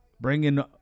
bringing